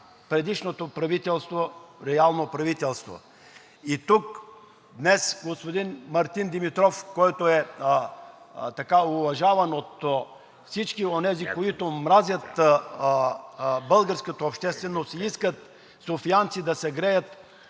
предишното правителство, реално правителство. Тук днес господин Мартин Димитров, който е уважаван от всички онези, които мразят българската общественост и искат софиянци да се греят